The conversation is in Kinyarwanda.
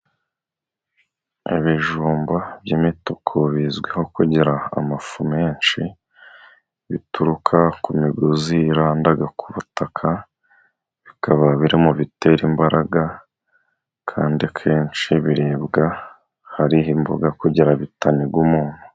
Ibijumba by'imituku bizwiho kugira amafu menshi, bituruka ku migozi iranda ku butaka, bikaba biri mu bitera imbaraga kandi kenshi biribwa hariho imboga kugira bitaniga umuntu.